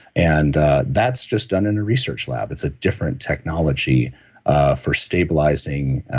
and that's just done in a research lab. it's a different technology ah for stabilizing,